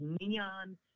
neon